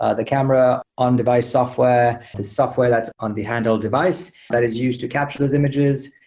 ah the camera, on-device software, the software that's on the handle device that is used to capture those images,